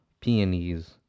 peonies